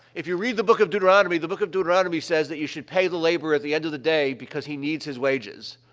if you read the book of deuteronomy, the book of deuteronomy says that you should pay the laborer at the end of the day because he needs his wages,